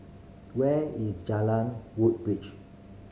where is Jalan Woodbridge